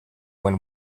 when